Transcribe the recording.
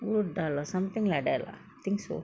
urad dal or something like that lah I think so